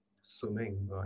Swimming